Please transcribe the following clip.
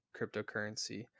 cryptocurrency